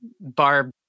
Barb